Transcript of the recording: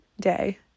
day